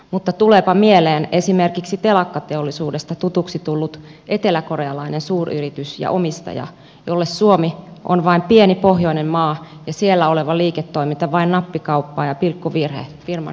mutta tuleepa mieleen esimerkiksi telakkateollisuudesta tutuksi tullut eteläkorealainen suuryritys ja omistaja jolle suomi on vain pieni pohjoinen maa ja siellä oleva liiketoiminta vain nappikauppaa ja pilkkuvirhe firman isoissa luvuissa